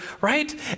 right